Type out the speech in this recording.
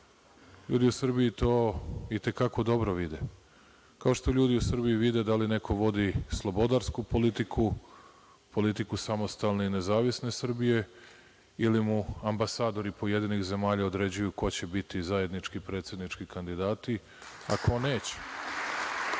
Ljudi u Srbiji to i te kako dobro vide, kao što ljudi u Srbiji vide da li neko vodi slobodarsku politiku, politiku samostalne i nezavisne Srbije ili mu ambasadori pojedinih zemalja određuju ko će biti zajednički predsednički kandidati, a ko